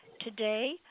today